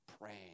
praying